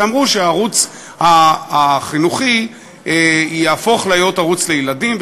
ואמרו שהערוץ החינוכי יהפוך להיות ערוץ לילדים,